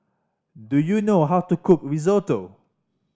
do you know how to cook Risotto